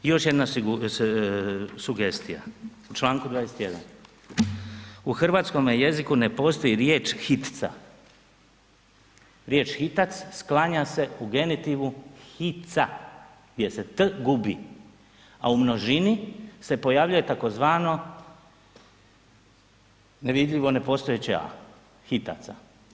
I još jedna sugestija u Članku 21. u hrvatskome jeziku ne postoji riječi hitca, riječ hitac sklanja se u genitivu hica jer se t gubi, a u množini se pojavljuje takozvano nevidljivo, nepostojeće a hitaca.